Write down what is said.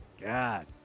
God